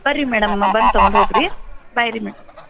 ಬನ್ರಿ ಮೇಡಮ್ ಬಂದು ತೊಗೊಂಡು ಹೋಗ್ರಿ ಬಾಯ್ ರೀ ಮೇಡಮ್